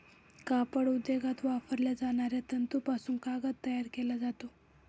कापड उद्योगात वापरल्या जाणाऱ्या तंतूपासून कागद तयार केला जातो